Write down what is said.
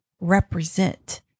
represent